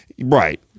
right